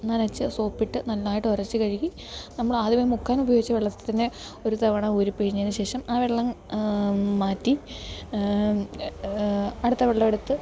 നനച്ച് സോപ്പിട്ട് നന്നായിട്ട് ഉരച്ച് കഴുകി നമ്മൾ ആദ്യമേ മുക്കാൻ ഉപയോഗിച്ച വെള്ളത്തിൽ തന്നെ ഒരു തവണ ഊരി പിഴിഞ്ഞതിന് ശേഷം ആ വെള്ളം മാറ്റി അടുത്ത വെള്ളം എടുത്ത്